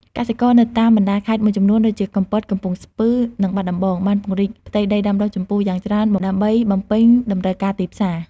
កសិករនៅតាមបណ្ដាខេត្តមួយចំនួនដូចជា កំពត កំពង់ស្ពឺ និងបាត់ដំបង បានពង្រីកផ្ទៃដីដាំដុះជម្ពូយ៉ាងច្រើនដើម្បីបំពេញតម្រូវការទីផ្សារ។